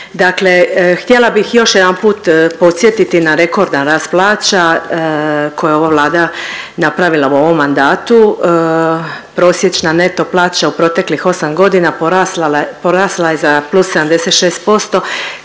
Dakle htjela bih još jedanput podsjetiti na rekordan rast plaća koje ova Vlada napravila u ovom mandatu. Prosječna neto plaća u proteklih 8 godina porasla je za plus 76%